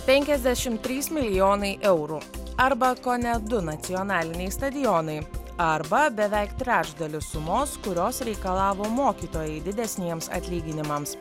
penkiasdešim trys milijonai eurų arba kone du nacionaliniai stadionai arba beveik trečdaliu sumos kurios reikalavo mokytojai didesniems atlyginimams